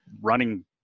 running